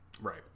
Right